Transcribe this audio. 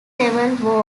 level